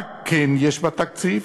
מה כן יש בתקציב?